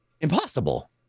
impossible